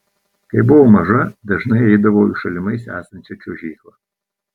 kai buvau maža dažnai eidavau į šalimais esančią čiuožyklą